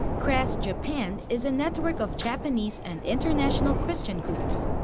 crash japan is a network of japanese and international christian groups.